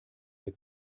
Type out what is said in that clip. der